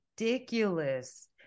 Ridiculous